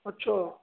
ਅੱਛਾ